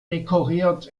dekoriert